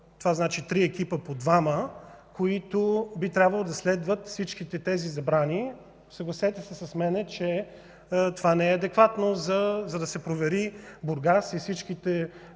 Това значи три екипа по двама, които би трябвало да следват всички тези забрани. Съгласете с мен, че това не е адекватно, за да се провери Бургас и всичките